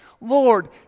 Lord